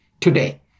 today